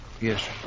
Yes